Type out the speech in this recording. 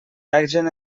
hagen